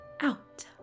out